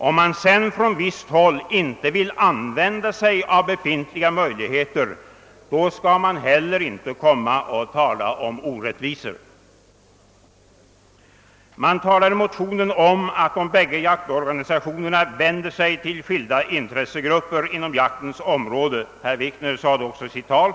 Om man sedan på visst håll inte vill använda sig av befintliga möjligheter, så skall man inte tala om orättvisor. | I motionen talas det om att de båda jaktorganisationerna vänder sig till skilda intressegrupper på jaktens område — detsamma sade herr Wikner i sitt anförånde.